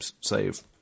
save